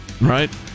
Right